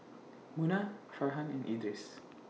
Munah Farhan and Idris